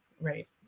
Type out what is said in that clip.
Right